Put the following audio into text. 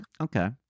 Okay